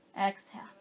Exhale